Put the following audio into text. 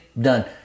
Done